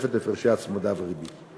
הצמדה וריבית.